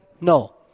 No